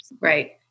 Right